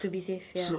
to be safe ya